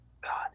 God